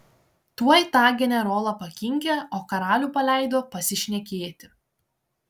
tuoj tą generolą pakinkė o karalių paleido pasišnekėti